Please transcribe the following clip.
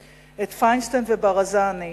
את פיינשטיין וברזני,